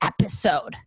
episode